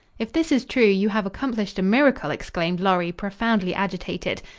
if this is true, you have accomplished a miracle, exclaimed lorry, profoundly agitated.